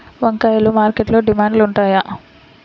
వంకాయలు మార్కెట్లో డిమాండ్ ఉంటాయా?